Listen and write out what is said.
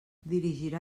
dirigirà